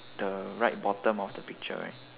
the right bottom of the picture right